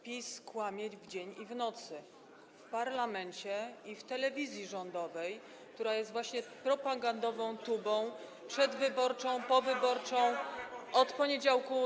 PiS kłamie w dzień i w nocy, w parlamencie i w telewizji rządowej, która jest właśnie propagandową tubą przedwyborczą, powyborczą, od poniedziałku.